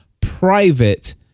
private